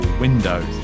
windows